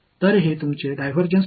எனவே இது உங்கள் திசைதிருப்பல் தேற்றம்